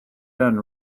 been